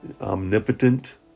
omnipotent